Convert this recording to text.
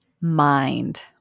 mind